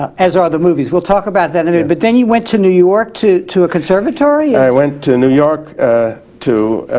as are the movies, we'll talk about that, and and but then you went to new york to to a conservatory i went to new york to.